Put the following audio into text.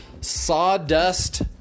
Sawdust